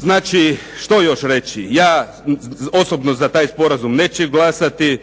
Znači, što još reći? Ja osobno za taj sporazum neću glasati,